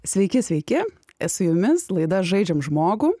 sveiki sveiki esu jumis laida žaidžiam žmogų